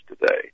today